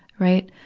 right.